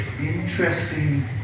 interesting